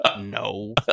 no